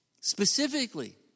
Specifically